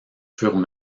furent